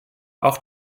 auch